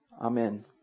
Amen